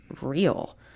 real